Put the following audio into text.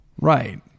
Right